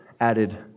added